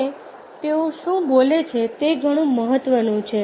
ત્યારે તેઓ શું બોલે છે તે ઘણું મહત્વનું છે